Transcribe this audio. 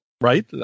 Right